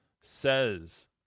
says